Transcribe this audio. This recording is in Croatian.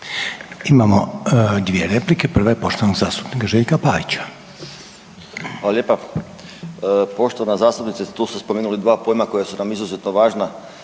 Imamo dvije replike, prva je poštovane zastupnice Selak Raspudić.